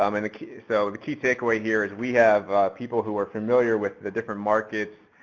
um and the key, so the key takeaway here is we have people who are familiar with the different markets,